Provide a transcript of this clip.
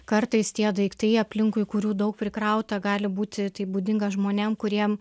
kartais tie daiktai aplinkui kurių daug prikrauta gali būti tai būdinga žmonėm kuriem